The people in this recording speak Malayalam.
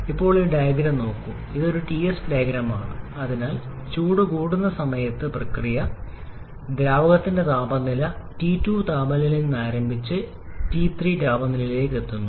ഇപ്പോൾ ഈ ഡയഗ്രം നോക്കൂ ഇത് ഒരു Ts ഡയഗ്രമാണ് അതിനാൽ ചൂട് കൂട്ടുന്ന സമയത്ത് പ്രക്രിയ ദ്രാവകത്തിന്റെ താപനില T2 താപനിലയിൽ നിന്ന് ആരംഭിച്ച് T2 താപനിലയിലേക്ക് നീങ്ങുന്നു